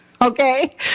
Okay